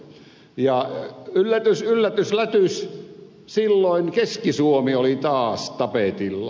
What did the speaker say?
ja yllätys yllätys yllätys silloin keski suomi oli taas tapetilla